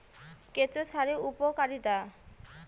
কেঁচো সারের উপকারিতা?